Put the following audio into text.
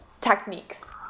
techniques